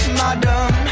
madam